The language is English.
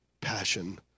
passion